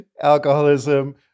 Alcoholism